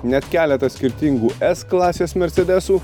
net keletą skirtingų s klasės mersedesų